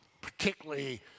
particularly